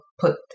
put